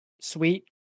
Sweet